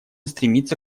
стремиться